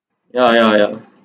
ya ya ya